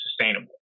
sustainable